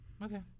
Okay